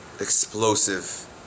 explosive